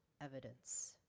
evidence